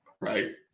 Right